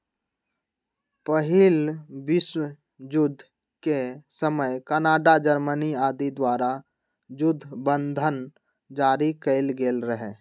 पहिल विश्वजुद्ध के समय कनाडा, जर्मनी आदि द्वारा जुद्ध बन्धन जारि कएल गेल रहै